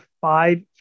five